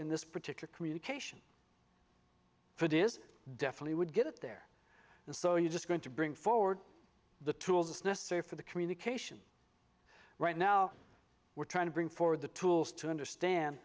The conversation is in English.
in this particular communication for it is definitely would get there and so you're just going to bring forward the tools necessary for the communication right now we're trying to bring forward the tools to understand